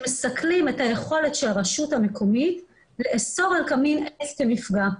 שמסכלים את היכולת של הרשות המקומית לאסור על קמין עץ כמפגע,